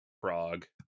Prague